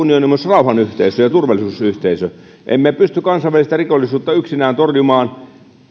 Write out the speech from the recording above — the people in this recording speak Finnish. unioni on myös rauhanyhteisö ja turvallisuusyhteisö emme pysty kansainvälistä rikollisuutta yksinään torjumaan